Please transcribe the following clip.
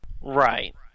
Right